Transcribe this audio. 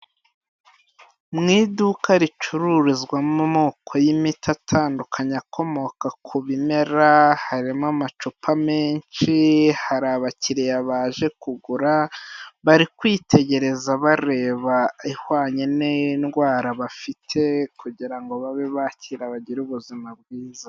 Mu iduka ricururizwamo amoko y'imiti atandukanye akomoka ku bimera, harimo amacupa menshi, hari abakiriya baje kugura, bari kwitegereza bareba ihwanye n'indwara bafite kugira ngo babe bakira bagire ubuzima bwiza.